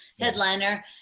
Headliner